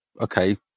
okay